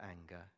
anger